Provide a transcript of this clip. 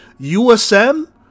USM